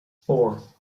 four